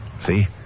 See